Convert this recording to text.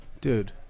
Dude